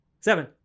Seven